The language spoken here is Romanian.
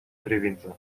privință